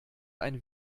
ein